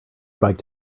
biked